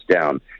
down